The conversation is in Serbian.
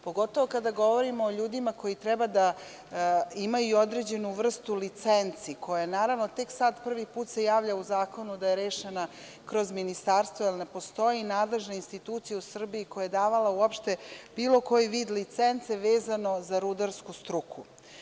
Pogotovo kada govorimo o ljudima koji treba da imaju određenu vrstu licenci koja naravno tek sad prvi put se javlja u zakonu da je rešena kroz ministarstvo, jer ne postoji nadležna institucija u Srbiji koja je davala uopšte bilo koji vid licence vezane za rudarsku struku.